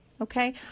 Okay